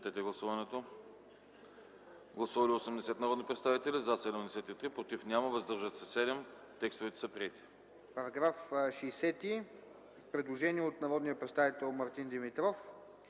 По § 60 има предложение от народния представител Мартин Димитров.